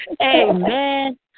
Amen